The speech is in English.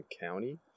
County